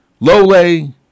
Lole